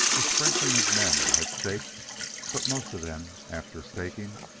a sprinkling of men had staked but most of them, after staking,